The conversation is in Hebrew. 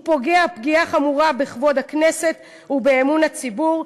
הוא פוגע פגיעה חמורה בכבוד הכנסת ובאמון הציבור,